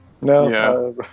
No